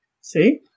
See